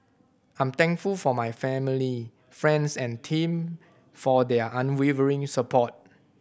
I'm thankful for my family friends and team for their unwavering support